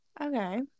Okay